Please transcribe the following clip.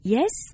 Yes